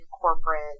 corporate